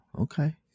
Okay